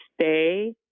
stay